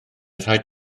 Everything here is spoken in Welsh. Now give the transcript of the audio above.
rhaid